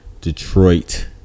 detroit